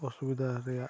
ᱚᱥᱩᱵᱤᱫᱷᱟ ᱨᱮᱭᱟᱜ